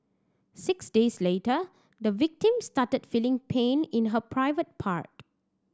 six days later the victim started feeling pain in her private part